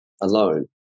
alone